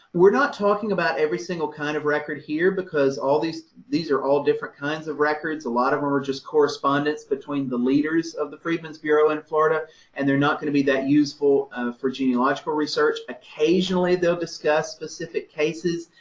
we're talking about every single kind of record here, because all these, these are all different kinds of records. a lot of them are just correspondence between the leaders of the freedmen's bureau in florida and they're not going to be that useful for genealogical research. occasionally they'll discuss specific cases,